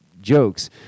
jokes